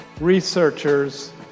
researchers